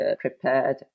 prepared